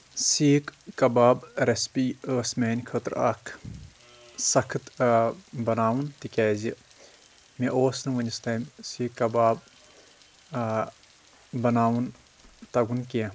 سیٖکھ کباب ریٚسپی ٲس میانہِ خٲطرٕ اکھ سخت آ بناوُن تِکیازِ مےٚ اوس نہٕ وُنِس تام سیٖکھ کباب آ بناوُن تگُن کینٛہہ